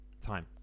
Time